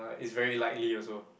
it's very likely also